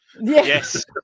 Yes